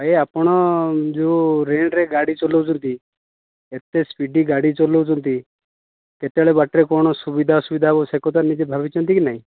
ଆଜ୍ଞା ଆପଣ ଯେଉଁ ରେଟରେ ଗାଡ଼ି ଚଲଉଛନ୍ତି ଏତେ ସ୍ପିଡ଼ ଗାଡ଼ି ଚଲଉଛନ୍ତି କେତେବେଳେ ବାଟ ରେ କଣ ସୁବିଧା ଅସୁବିଧା ହେବ ସେ କଥା ନିଜେ ଭାବିଛନ୍ତି କି ନାଇଁ